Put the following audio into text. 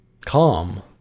Calm